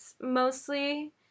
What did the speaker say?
mostly